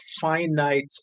finite